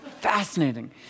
Fascinating